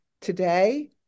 Today